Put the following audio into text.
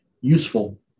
useful